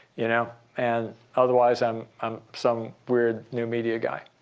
you know and otherwise, i'm um some weird new media guy.